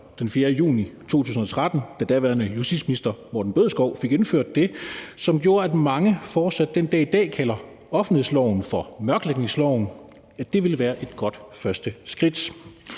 den 4. juni 2013, da daværende justitsminister Morten Bødskov fik indført det, som gjorde, at mange fortsat den dag i dag kalder offentlighedsloven for mørklægningsloven, ville være et godt første skridt.